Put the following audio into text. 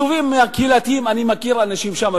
אני מכיר אנשים שגרים שם,